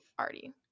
already